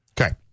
Okay